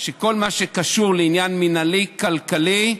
כל מה שקשור לעניין כלכלי מינהלי,